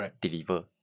deliver